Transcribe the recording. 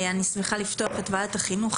אני שמחה לפתוח את ישיבת ועדת החינוך,